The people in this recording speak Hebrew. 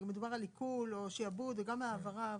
כשמדובר על עיקול או שיעבוד, או גם העברה אפילו,